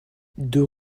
deux